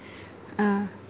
uh